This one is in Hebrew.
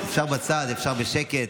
אפשר בצד, אפשר בשקט.